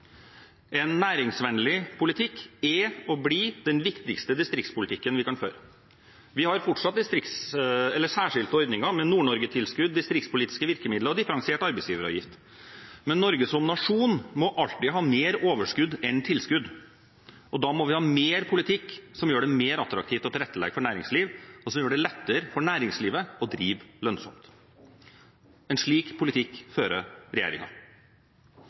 En næringsvennlig politikk er og blir den viktigste distriktspolitikken vi kan føre. Vi har fortsatt særskilte ordninger med Nord-Norge-tilskudd, distriktspolitiske virkemidler og differensiert arbeidsgiveravgift. Men Norge som nasjon må alltid ha mer overskudd enn tilskudd, og da må vi ha mer politikk som gjør det mer attraktivt å tilrettelegge for næringsliv, og som gjør det lettere for næringslivet å drive lønnsomt. En slik politikk fører